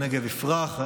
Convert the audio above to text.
הנגב יפרח.